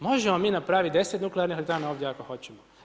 Možemo mi napraviti 10 nuklearnih elektrana ovdje ako hoćemo.